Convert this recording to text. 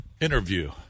interview